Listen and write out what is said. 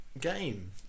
game